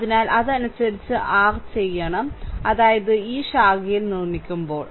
അതിനാൽ അതനുസരിച്ച് r ചെയ്യണം അതായത് ഈ ശാഖയിൽ നിർമ്മിക്കുമ്പോൾ